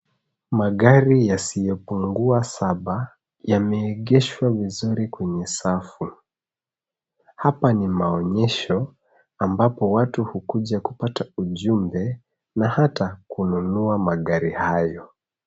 Magari yasiyopungua saba yameegeshwa vizuri kwenye safu. Hapa ni maonyesho ambapo watu hukuja kupata ujumbe na hata kununua magari hayo.